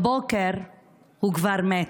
בבוקר הוא כבר מת.